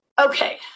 Okay